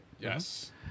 Yes